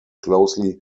closely